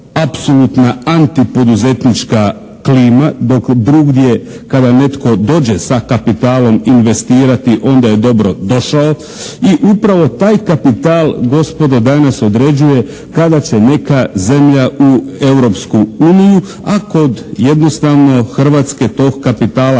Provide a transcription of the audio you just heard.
apsolutna antipoduzetnička klima dok drugdje kada netko dođe sa kapitalom investirati onda je dobrodošao i upravo taj kapital gospodo danas određuje kada će neka zemlja u Europsku uniju, a kod jednostavno Hrvatske tog kapitala